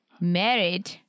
married